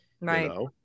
Right